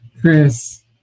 Chris